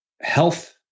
Health